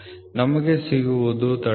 S Higher limit of Shaft Allowance provided 0